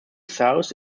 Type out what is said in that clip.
south